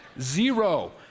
Zero